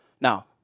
Now